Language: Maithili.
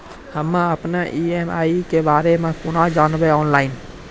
हम्मे अपन ई.एम.आई के बारे मे कूना जानबै, ऑनलाइन?